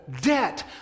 debt